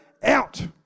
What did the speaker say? out